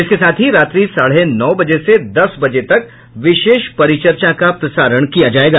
इसके साथ ही रात्रि साढ़े नौ बजे से दस बजे तक विशेष परिचर्चा का प्रसारण किया जायेगा